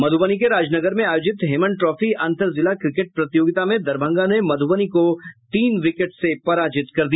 मधुबनी के राजनगर में आयोजित हेमन ट्रॉफी अंतर जिला क्रिकेट प्रतियोगिता में दरभंगा ने मधुबनी को तीन विकेट से पराजित कर दिया